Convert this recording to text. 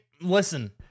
listen